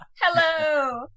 Hello